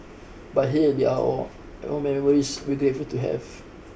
but hey they are all all memories we're grateful to have